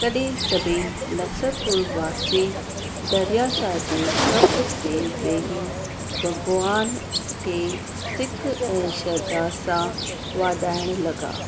तॾहिं सभई नरसरपुर वासी दरियाशाह जे कप ते वेही भॻवान खे सिक ऐं श्रद्धा सां ॿाॾाइणु लॻा